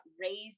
raised